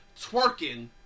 twerking